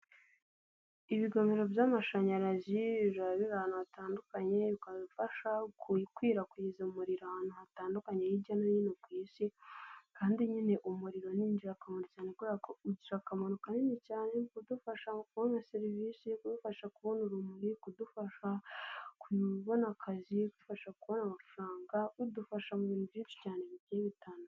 Ibigomero by'amashanyarazi biba ahantu hatandukanye bikadufasha kuyikwirakwiza umuriro ahantu hatandukanye hirya no hino ku isi kandi nyine umuriro ni ingirakamaro cyane ugira akamaro kanini cyane kudufasha mu kubona serivisi, yo kubadufasha kubona urumuri, kudufasha kubona akazi, bifasha kubona amafaranga, udufasha mu bintu byinshi cyane bigiye bitandukanye.